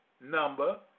number